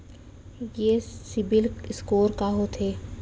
ये सिबील स्कोर का होथे?